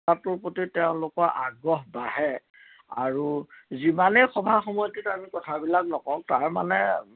অনুষ্ঠানটোৰ প্ৰতি তেওঁলোকৰ আগ্ৰহ বাঢ়ে আৰু যিমানেই সভা সমিতিত আমি কথাবিলাক নকওঁ তাৰ মানে